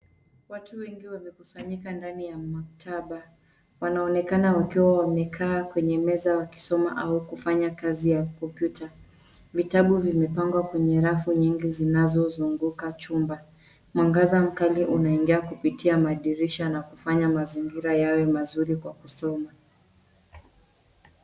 Watu wengi wamekusanyika ndani ya maktaba. Wanaonekana wakiwa wamekaa kwenye meza wakisoma au kufanya kazi ya kompyuta. Vitabu vimepangwa kwenye rafu nyingi zinazozunguka chumba. Mwangaza mkali unaingia kupitia madirisha na kufanya mazingira yawe mazuri kwa kusoma.